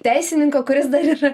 teisininko kuris dar ir